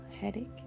headache